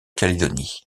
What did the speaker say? calédonie